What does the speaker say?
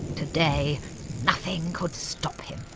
today nothing could stop him.